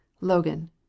Logan